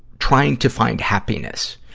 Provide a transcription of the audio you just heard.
trying to find happiness.